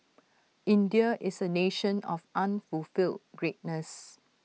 India is A nation of unfulfilled greatness